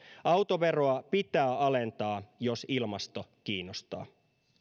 autoveroa pitää alentaa jos ilmasto kiinnostaa